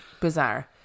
bizarre